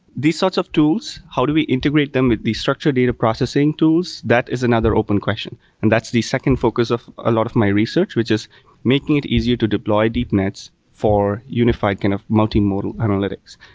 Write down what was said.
these sorts of tools, how do we integrate them with these structured data processing tools, that is another open question, and that's the second focus of a lot of my research, which is making it easier to deploy deep nets for unified kind of multimodal analytics,